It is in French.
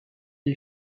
est